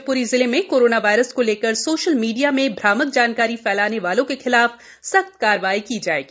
शिवपुरी जिले में corona virus को लेकर सोशल मीडिया में भामक जानकारी फैलाने वालों के खिलाफ सख्त कार्रवाई की जाएगी